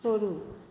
छोड़ू